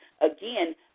again